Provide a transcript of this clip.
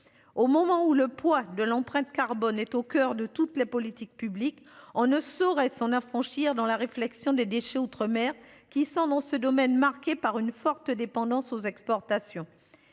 Au moment où le poids de l'empreinte carbone est au coeur de toutes les politiques publiques. On ne saurait s'en affranchir dans la réflexion des déchets outre-mer qui sont dans ce domaine, marqué par une forte dépendance aux exportations.